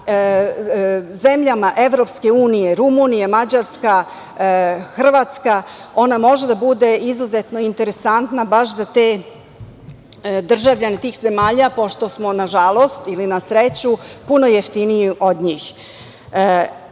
zemljama EU, Rumunija, Mađarska, Hrvatska. Ona može da bude izuzetno interesantna baš za te državljane tih zemalja pošto smo, nažalost ili na sreću, puno jeftiniji od njih. Sve